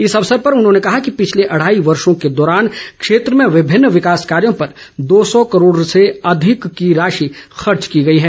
इस अवसर पर उन्होंने कहा कि पिछले अढ़ाई वर्षों के दौरान क्षेत्र में विभिन्न विकास कार्यों पर दो सौ करोड़ रुपये से अधिक की राशि खर्च की गई है